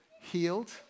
healed